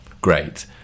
great